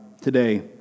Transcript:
today